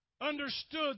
understood